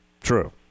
true